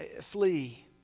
flee